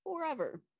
forever